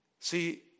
See